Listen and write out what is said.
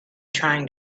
trying